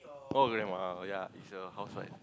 oh grandma oh yea she's a housewife